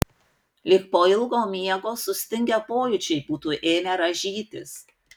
lyg po ilgo miego sustingę pojūčiai būtų ėmę rąžytis